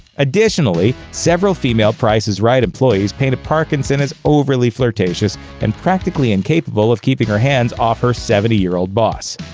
additionally, several female price is right employees painted parkinson as overly flirtatious and practically incapable of keeping her hands off her seventy year old boss.